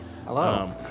Hello